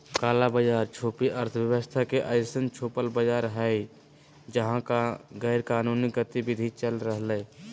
काला बाज़ार छुपी अर्थव्यवस्था के अइसन छुपल बाज़ार हइ जहा गैरकानूनी गतिविधि चल रहलय